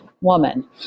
woman